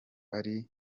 ari